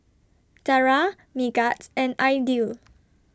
Dara Megat and Aidil